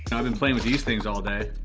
kind of been playing with these things all day,